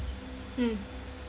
mm